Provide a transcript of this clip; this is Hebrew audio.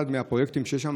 אחד מהפרויקטים שיש שם,